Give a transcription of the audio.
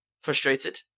frustrated